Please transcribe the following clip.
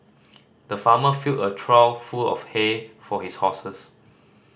the farmer filled a trough full of hay for his horses